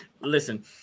Listen